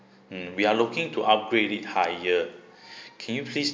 mm we are looking to upgrade it higher can you please